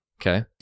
Okay